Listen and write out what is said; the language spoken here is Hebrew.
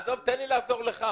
תן לי לעזור לך.